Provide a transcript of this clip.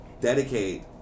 dedicate